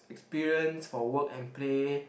experience for work and play